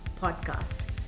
podcast